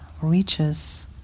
reaches